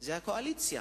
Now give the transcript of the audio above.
זה הקואליציה.